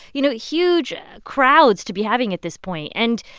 you know, huge crowds to be having at this point. and,